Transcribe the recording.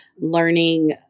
learning